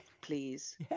please